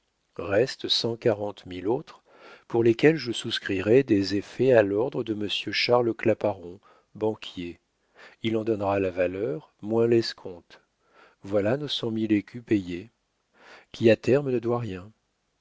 reste cent quarante mille autres pour lesquels je souscrirai des effets à l'ordre de monsieur charles claparon banquier il en donnera la valeur moins l'escompte voilà nos cent mille écus payés qui a terme ne doit rien